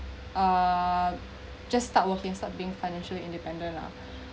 uh just start working start being financial independent lah